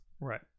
right